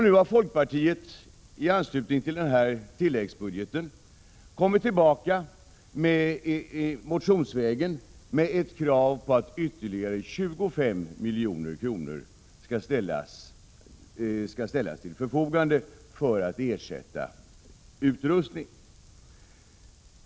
Nu har folkpartiet i anslutning till tilläggsbudgeten motionsvägen kommit tillbaka med krav på att ytterligare 25 milj.kr. skall ställas till förfogande för att ersätta utrustning.